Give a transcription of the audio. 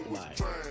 life